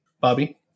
Bobby